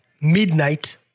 midnight